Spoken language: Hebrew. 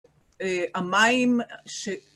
המים ש...